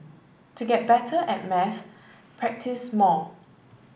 to get better at maths practise more